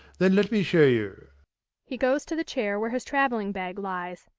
then let me show you he goes to the chair where his travelling-bag lies,